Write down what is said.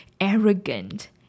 arrogant